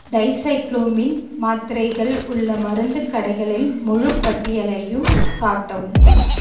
dicyclomine மாத்திரைகள் உள்ள மருந்து கடைகளில் முழு பட்டியலையும் காட்டவும்